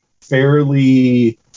fairly